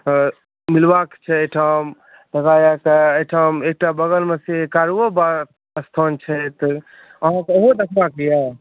तऽ मिलबाक छै एहिठाम तकरा वास्ते एहिठाम एकरा बगलमे से कारुओ बाबा स्थान छै एतय अहाँके ओहो देखबाक अछि